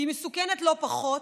והיא מסוכנת לא פחות,